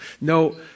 No